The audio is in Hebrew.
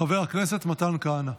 חבר הכנסת מתן כהנא.